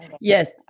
Yes